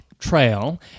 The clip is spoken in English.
trail